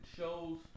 Shows